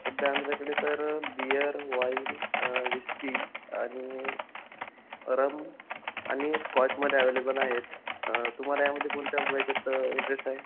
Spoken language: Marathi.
सध्या आमच्याकडे सर बिअर वाईन विस्की आणि रम आणि स्कॉचमध्ये अवेलेबल आहेत तुम्हाला यामध्ये कोणत्या वेळेच्यात इंटरेस्ट आहे